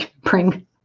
bring